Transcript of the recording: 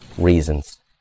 reasons